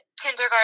kindergarten